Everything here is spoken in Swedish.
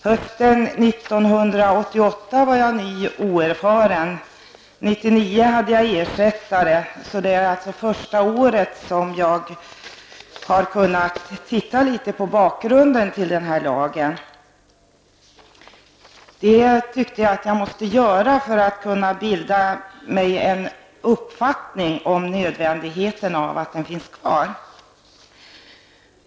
Hösten 1988 var jag ny och oerfaren, och år 1989 hade jag en ersättare. Därför är det först i år som jag har kunnat sätta mig in i bakgrunden till lagens tillkomst. Jag tyckte att jag måste göra det för att kunna bilda mig en uppfattning om nödvändigheten av att den finns kvar.